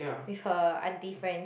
with her auntie friends